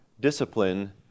discipline